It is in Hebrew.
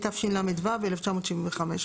התשל"ו-1975.